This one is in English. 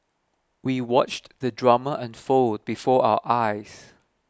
we watched the drama unfold before our eyes